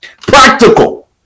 Practical